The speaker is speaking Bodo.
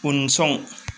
उनसं